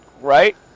right